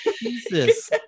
Jesus